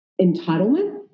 entitlement